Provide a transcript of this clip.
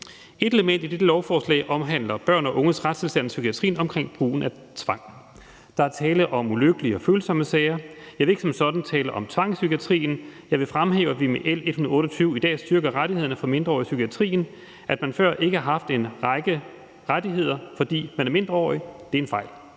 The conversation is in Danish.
Et element i dette lovforslag omhandler børn og unges retstilstand i psykiatrien i forhold til brugen af tvang. Der er tale om ulykkelige og følsomme sager. Jeg vil ikke som sådan tale om tvang i psykiatrien. Jeg vil fremhæve, at vi med L 128 i dag styrker rettighederne for mindreårige i psykiatrien. At man før ikke har haft en række rettigheder, fordi man er mindreårig, er en fejl.